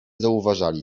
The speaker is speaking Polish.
zauważali